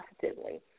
positively